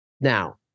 Now